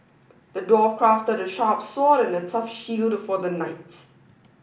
the dwarf crafted a sharp sword and a tough shield for the knight